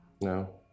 No